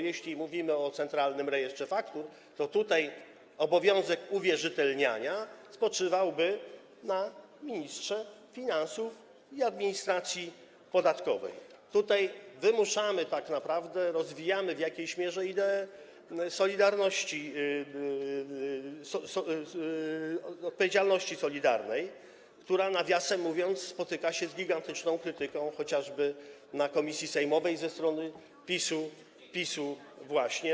Jeśli mówimy o Centralnym Rejestrze Faktur, to obowiązek uwierzytelniania spoczywałby na ministrze finansów i administracji podatkowej, a tutaj wymuszamy tak naprawdę, rozwijamy w jakiejś mierze ideę odpowiedzialności solidarnej, która, nawiasem mówiąc, spotyka się z gigantyczną krytyką, chociażby w komisji sejmowej, ze strony PiS-u właśnie.